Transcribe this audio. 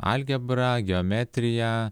algebra geometrija